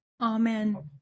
Amen